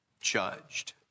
judged